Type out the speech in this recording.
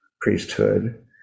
priesthood